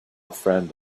friend